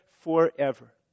forever